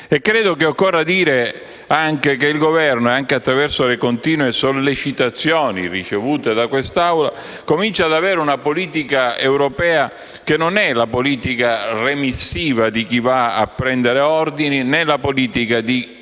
Credo che occorra dire che il Governo, anche attraverso le continue sollecitazioni ricevute da questa Assemblea, comincia ad avere una politica europea che non è la politica remissiva di chi va a prendere ordini, né la politica di